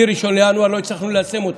מ-1 בינואר לא הצלחנו ליישם אותו.